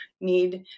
need